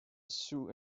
sue